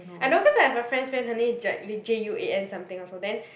I know cause I have a friend's friend her name is Jacqueline J U A N something also then